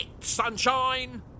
sunshine